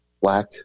black